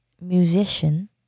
musician